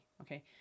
Okay